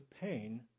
pain